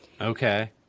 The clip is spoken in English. Okay